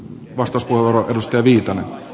arvoisa herra puhemies